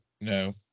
no